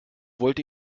wollte